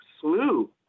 slew